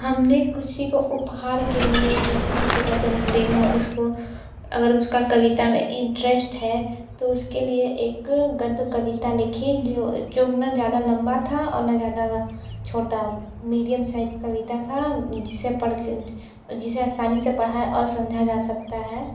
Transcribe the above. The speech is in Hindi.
हम ने किसी को उपहार के लिए या फिर किसी का जन्मदिन हो उसको अगर उसका कविता में इंटरेस्ट है तो उसके लिए एक गध कविता लिखी जो ना ज़्यादा लंबी थी और ना ज़्यादा छोटी मीडियम साइज कविता थी जिसे पढ़ कर जिसे असानी से पढ़ा और समझा जा सकता है